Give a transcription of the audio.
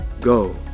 go